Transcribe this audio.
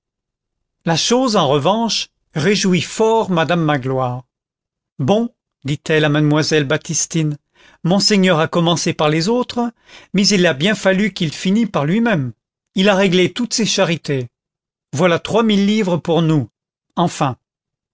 la chose en revanche réjouit fort madame magloire bon dit-elle à mademoiselle baptistine monseigneur a commencé par les autres mais il a bien fallu qu'il finît par lui-même il a réglé toutes ses charités voilà trois mille livres pour nous enfin